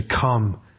Come